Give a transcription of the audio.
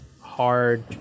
hard